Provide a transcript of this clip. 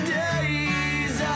days